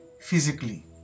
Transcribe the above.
Physically